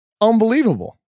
unbelievable